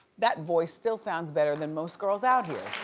that voice still sounds better than most girls out here.